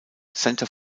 center